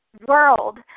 world